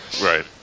Right